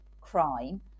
crime